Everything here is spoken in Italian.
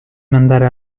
mandare